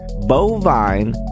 Bovine